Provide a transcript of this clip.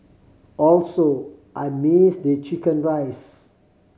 also I miss they chicken rice